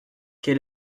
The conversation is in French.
quel